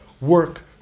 work